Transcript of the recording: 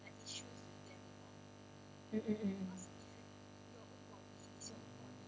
mm mm mm mm